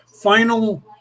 Final